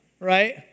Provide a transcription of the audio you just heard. Right